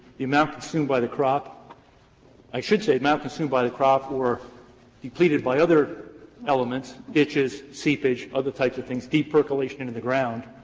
the amount consumed by the crop i should say the amount consumed by the crop or depleted by other elements, ditches, seepage, other types of things, deep percolation into the ground